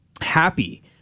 happy